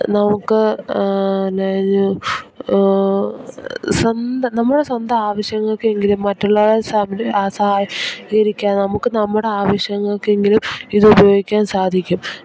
നമുക്ക് സ്വന്തം നമ്മൾ സ്വന്തം ആവശ്യങ്ങൾക്ക് എങ്കിലും മറ്റുള്ള സഹകരിക്കാൻ നമുക്ക് നമ്മടെ ആവശ്യങ്ങൾക്ക് എങ്കിലും ഇത് ഉപയോഗിക്കാൻ സാധിക്കും